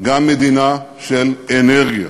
גם מדינה של אנרגיה.